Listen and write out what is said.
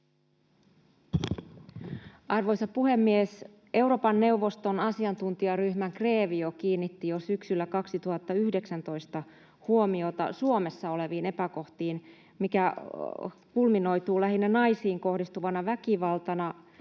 Arvoisa puhemies! Euroopan neuvoston asiantuntijaryhmä GREVIO kiinnitti jo syksyllä 2019 huomiota Suomessa oleviin epäkohtiin, mitkä kulminoituvat lähinnä naisiin kohdistuvaan väkivaltaan,